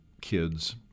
kids